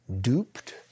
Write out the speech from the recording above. duped